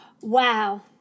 Wow